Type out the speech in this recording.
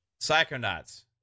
Psychonauts